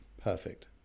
Perfect